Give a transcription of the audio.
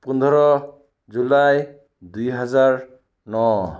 পোন্ধৰ জুলাই দুই হাজাৰ ন